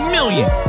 Million